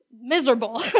miserable